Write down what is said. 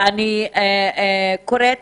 אני קוראת